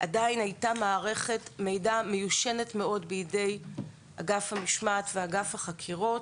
עדיין הייתה מערכת מידע מיושנת מאוד בידי אגף המשמעת ואגף החקירות.